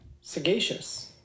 Sagacious